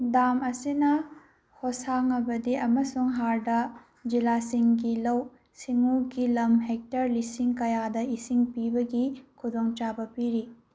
dam ꯑꯁꯤꯅ ꯍꯣꯁꯥꯡꯉꯕꯗꯤ ꯑꯃꯁꯨꯡ ꯍꯥꯔꯗ ꯖꯤꯜꯂꯥꯁꯤꯡꯒꯤ ꯂꯧꯎ ꯁꯤꯡꯎꯒꯤ ꯂꯝ ꯍꯦꯛꯇꯔ ꯂꯤꯁꯤꯡ ꯀꯌꯥꯗ ꯏꯁꯤꯡ ꯄꯤꯕꯒꯤ ꯈꯨꯗꯣꯡ ꯆꯥꯕ ꯄꯤꯔꯤ